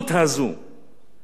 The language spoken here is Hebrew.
באיום מדומה